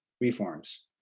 reforms